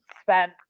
spent